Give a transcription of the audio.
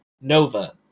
Nova